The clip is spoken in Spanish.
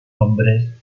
hombres